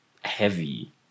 heavy